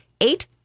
eight